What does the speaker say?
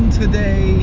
today